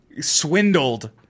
swindled